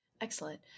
Excellent